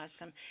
awesome